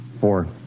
Four